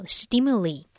stimuli